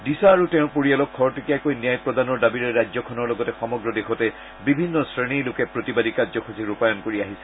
দিছা আৰু তেওঁৰ পৰিয়ালক খৰতকীয়াকৈ ন্যায় প্ৰদানৰ দাবীৰে ৰাজ্যখনৰ লগতে সমগ্ৰ দেশতে বিভিন্ন শ্ৰেণীৰ লোকে প্ৰতিবাদী কাৰ্যসূচী ৰূপায়ণ কৰি আহিছে